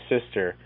sister